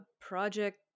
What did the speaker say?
Project